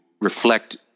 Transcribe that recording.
reflect